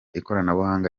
ikoranabuhanga